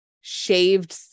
shaved